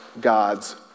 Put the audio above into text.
God's